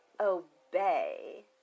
obey